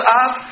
up